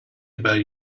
about